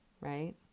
right